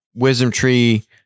WisdomTree